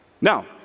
Now